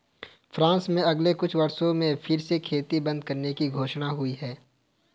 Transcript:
France में अगले कुछ वर्षों में फर की खेती बंद करने की घोषणा हुई है